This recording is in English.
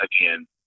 again